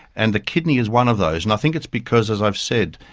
and the kidney is one of those. and i think it's because, as i've said,